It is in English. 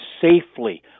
safely